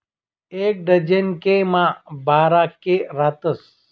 एक डझन के मा बारा के रातस